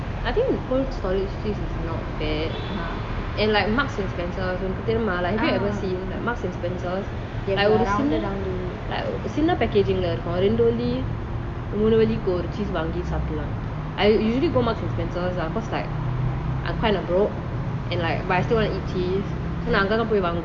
I think cold storage cheese is not bad and like marks and spencer உன்னக்கு தெரியுமா:unnaku teriyuma have you ever seen marks and spencer ஒரு சின்ன சின்ன:oru sinna sinna like single packaging ரெண்டு வெள்ளி மூணு வெள்ளிக்கு ஒரு:rendu velli moonu velliku oru cheese வாங்கி சாப்பிடலாம்:vangi sapdalam I usually go marks and spencer cause like I'm kind of broke and like but I still want to eat cheese so அங்கதான் பொய் வாங்குவான்:angathaan poi vanguvan